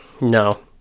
no